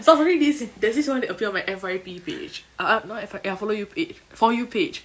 so for me this there's this audio appear on my F_Y_P page uh uh not F Y ya follow you page for you page